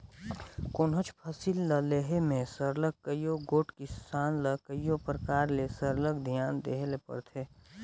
कोनोच फसिल ल लेहे में सरलग कइयो गोट किसान ल कइयो परकार ले सरलग धियान देहे ले परथे